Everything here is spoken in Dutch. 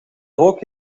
rook